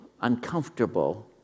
uncomfortable